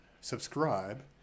subscribe